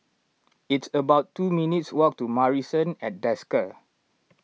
it's about two minutes' walk to Marrison at Desker